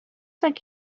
like